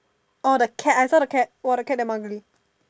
orh the cat I saw the cat !wah! the cat damn ugly